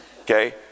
okay